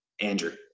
Andrew